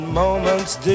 moments